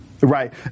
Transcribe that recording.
Right